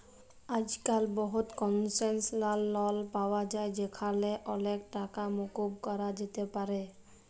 আইজক্যাল বহুত কলসেসলাল লন পাওয়া যায় যেখালে অলেক টাকা মুকুব ক্যরা যাতে পারে